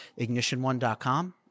ignitionone.com